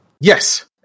Yes